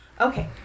Okay